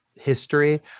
history